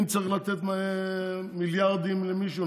אם צריך לתת מיליארדים למישהו,